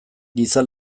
giza